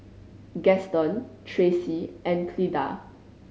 Gaston Traci and Cleda